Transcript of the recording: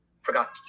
Forgot